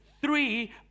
Three